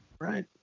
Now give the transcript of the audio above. Right